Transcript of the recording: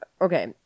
Okay